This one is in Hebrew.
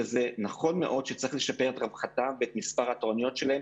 וזה נכון מאוד שצריך לשפר את רווחתם ואת מספר התורנויות שלהם,